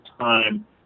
time